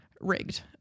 rigged